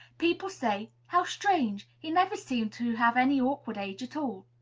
people say, how strange! he never seemed to have any awkward age at all.